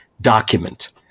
document